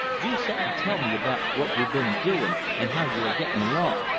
dew set and tell me about what you've been a-doin' and how you're a-gettin' along.